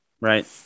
Right